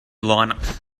linux